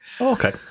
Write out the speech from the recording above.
okay